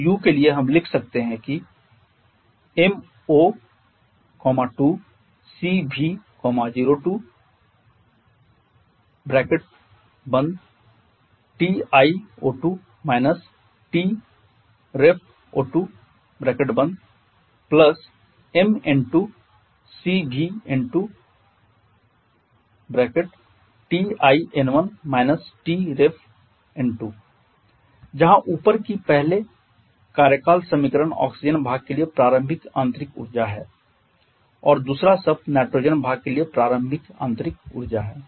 तो U के लिए हम लिख सकते हैं की m02Cv02Ti02 Tref02 mN2CvN2TiN1 TrefN2 जहां ऊपर की पहले कार्यकाल समीकरण ऑक्सीजन भाग के लिए प्रारंभिक आंतरिक ऊर्जा है और दूसरा शब्द नाइट्रोजन भाग के लिए प्रारंभिक आंतरिक ऊर्जा है